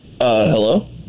hello